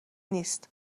نیست